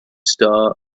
star